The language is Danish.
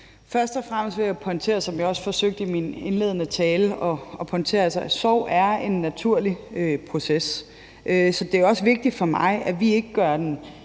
Først og fremmest vil jeg, som jeg også forsøgte i min indledende tale, pointere, at sorg er en naturlig proces. Så det er også vigtigt for mig, at vi ikke gør den